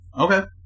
Okay